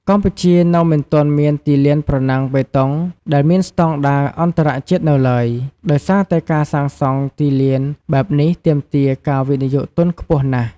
កម្ពុជានៅមិនទាន់មានទីលានប្រណាំងបេតុង ដែលមានស្តង់ដារអន្តរជាតិនៅឡើយ ដោយសារតែការសាងសង់ទីលានបែបនេះទាមទារការវិនិយោគទុនខ្ពស់ណាស់។